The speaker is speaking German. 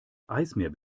eismeer